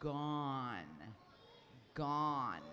gone gone